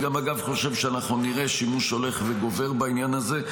אני גם חושב שאנחנו נראה שימוש הולך וגובר בעניין הזה.